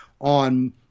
on